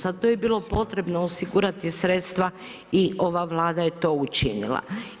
Za to je bilo potrebno osigurati sredstva i ova Vlada je to učinila.